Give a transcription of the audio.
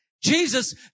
Jesus